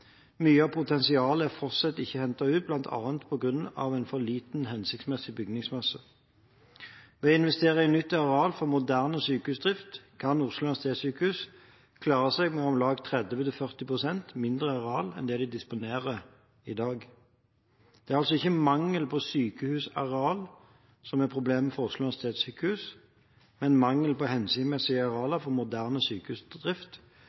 Mye av potensialet er fortsatt ikke hentet ut, bl.a. på grunn av en for lite hensiktsmessig bygningsmasse. Ved å investere i nytt areal for moderne sykehusdrift kan Oslo universitetssykehus klare seg med om lag 30–40 pst. mindre areal enn det de disponerer i dag. Det er altså ikke mangel på sykehusareal som er problemet for Oslo universitetssykehus, men mangel på hensiktsmessige arealer for moderne sykehusdrift.